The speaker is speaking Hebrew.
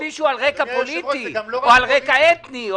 מישהו על רקע פוליטי או על רקע אתני,